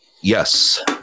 yes